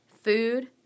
food